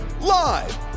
live